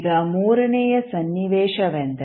ಈಗ ಮೂರನೆಯ ಸನ್ನಿವೇಶವೆಂದರೆ